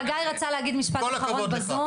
חגי רצה להגיד משפט אחרון בזום